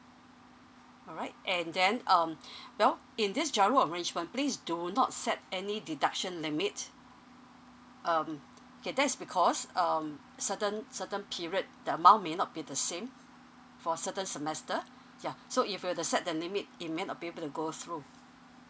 alright and then um well in this giro arrangement please do not set any deduction limit um okay that is because um certain certain period the amount may not be the same for certain semester yeah so if you were to set the limit it may not be able to go through